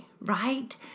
right